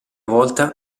volta